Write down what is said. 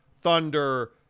Thunder